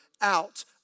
out